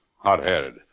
Hot-headed